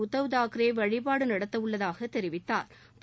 உத்தவ் தாக்கரே வழிபாடு நடத்தவுள்ளதாக தெரிவித்தாா்